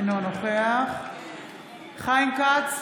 אינו נוכח חיים כץ,